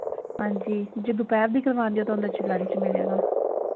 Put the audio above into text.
ਹਾਂਜੀ ਜੇ ਦੁਪਹਿਰ ਦੀ ਕਰਵਾਉਂਦੇ ਹੋ ਤਾਂ ਵਿੱਚ ਲੰਚ ਮਿਲੇਗਾ